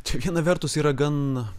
čia viena vertus yra gan